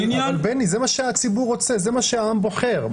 בני, אבל זה מה שהציבור רוצה, זה מה שהעם בוחר.